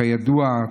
כידוע,